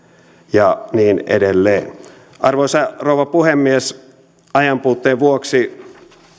ja niin edelleen arvoisa rouva puhemies ajanpuutteen vuoksi